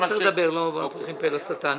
לא נפתח פה לשטן.